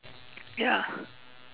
ya